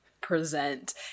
present